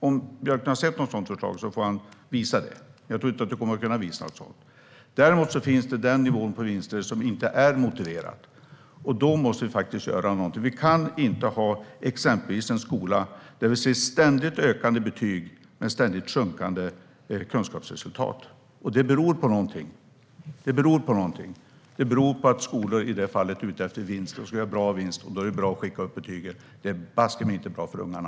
Om Björklund har sett något sådant förslag får han visa det, men jag tror inte att han kommer att kunna visa någonting sådant. Däremot finns det vinstnivåer som inte är motiverade, och då måste vi göra någonting. Vi kan inte ha exempelvis en skola där vi ser ständigt ökande betyg och ständigt sjunkande kunskapsresultat. Det beror på någonting. Det beror på att skolor i det fallet är ute efter att göra bra vinst, och då är det bra att skicka upp betygen. Men det är baske mig inte bra för ungarna!